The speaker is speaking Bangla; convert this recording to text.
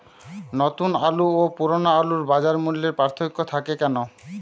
নতুন আলু ও পুরনো আলুর বাজার মূল্যে পার্থক্য থাকে কেন?